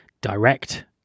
direct